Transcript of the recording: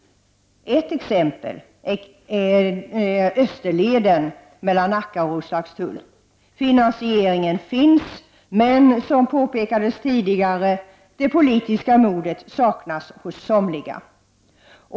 Ett exempel är Österleden mellan Nacka och Roslagstull. Finansieringen finns men, som påpekats tidigare, det politiska modet saknas hos somliga.